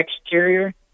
exterior